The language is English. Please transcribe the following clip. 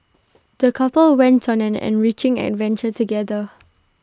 the couple went on an enriching adventure together